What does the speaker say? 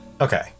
Okay